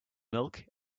milk